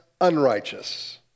unrighteous